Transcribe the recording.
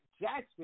Jackson